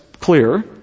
clear